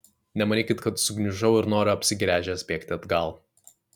nemanykit kad sugniužau ir noriu apsigręžęs bėgti atgal